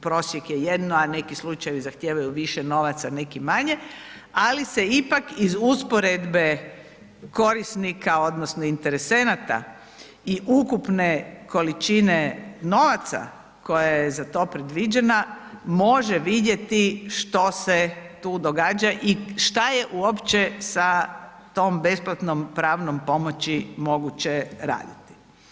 prosjek je jedno, a neki slučajevi zahtijevaju više novaca, neki manje, ali se ipak iz usporedbe korisnika odnosno interesenata i ukupne količine novaca koja je za to predviđena može vidjeti što se tu događa i što je uopće sa tom besplatnom pravnom pomoći moguće raditi.